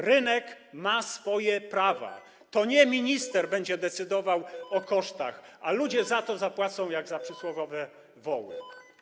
Rynek ma swoje prawa, to nie minister będzie decydował o kosztach, a ludzie za to zapłacą jak za przysłowiowe woły.